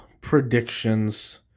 predictions